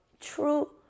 true